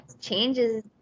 changes